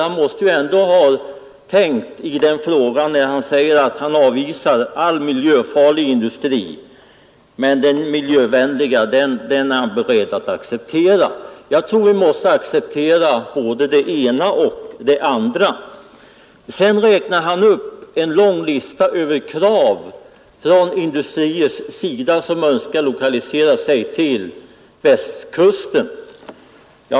Han måste ju ändå ha tänkt i den här frågan när han säger att han avvisar all miljöfarlig industri men är beredd att acceptera miljövänlig sådan. Jag tror att vi måste acceptera både den ena och den andra. Sedan läser herr Ahlmark upp en lang lista med krav från industrier som önskar lokalisera sig till Västkusten.